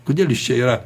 kodėl jis čia yra